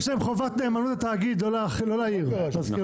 זה חוזר לעיר של התאגיד אז אין שום בעיה עם זה.